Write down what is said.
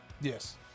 Yes